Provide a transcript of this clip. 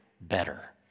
better